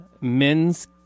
men's